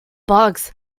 bugs